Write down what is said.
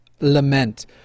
lament